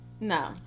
No